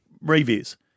reviews